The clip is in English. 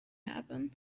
happen